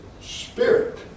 Spirit